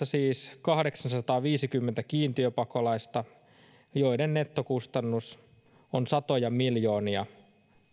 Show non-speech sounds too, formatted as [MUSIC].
[UNINTELLIGIBLE] siis kahdeksansataaviisikymmentä kiintiöpakolaista joiden nettokustannus on satoja miljoonia